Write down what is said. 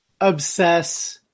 obsess